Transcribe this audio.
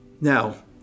Now